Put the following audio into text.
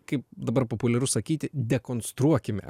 kaip dabar populiaru sakyti dekonstruokime